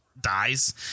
dies